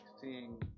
seeing